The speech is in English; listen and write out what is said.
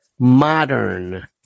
Modern